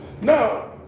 Now